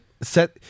set